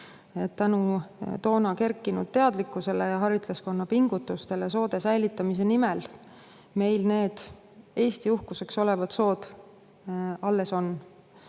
tänu toona kerkinud teadlikkusele ja haritlaskonna pingutustele soode säilitamise nimel meil need Eesti uhkuseks olevad sood alles on.